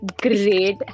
great